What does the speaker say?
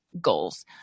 goals